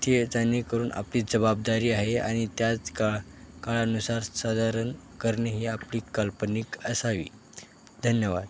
ती जेणेकरून आपली जबाबदारी आहे आणि त्याच का काळानुसार साधारण करणे ही आपली काल्पनिक असावी धन्यवाद